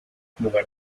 lugar